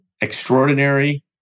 extraordinary